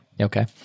okay